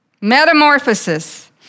Metamorphosis